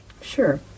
Sure